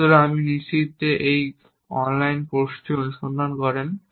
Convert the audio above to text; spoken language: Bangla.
সুতরাং আমি নিশ্চিত যে আপনি যদি এই অনলাইন কোর্সটি অনুসন্ধান করেন